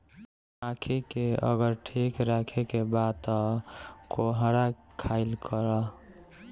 आंखी के अगर ठीक राखे के बा तअ कोहड़ा खाइल करअ